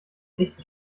echtes